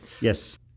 Yes